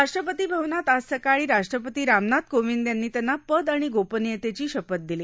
राष्ट्रपती भवनात आज सकाळी राष्ट्रपती रामनाथ कोविंद यांनी त्यांना पद आणि गोपनीयतेची शपथ दिली